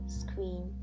screen